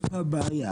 יש כאן בעיה,